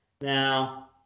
now